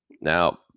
Now